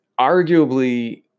arguably